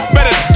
Better